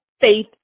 faith